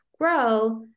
grow